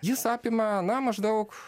jis apima na maždaug